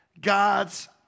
God's